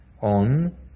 on